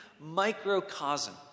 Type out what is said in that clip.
microcosm